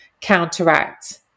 counteract